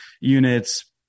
units